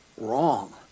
wrong